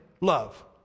love